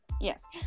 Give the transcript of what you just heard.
Yes